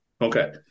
Okay